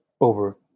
over